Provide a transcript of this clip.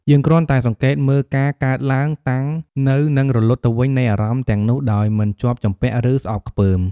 យើងគ្រាន់តែសង្កេតមើលការកើតឡើង តាំងនៅនិងរលត់ទៅវិញនៃអារម្មណ៍ទាំងនោះ ដោយមិនជាប់ជំពាក់ ឬស្អប់ខ្ពើម។